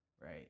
Right